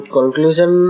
Conclusion